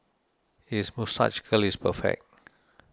his moustache curl is perfect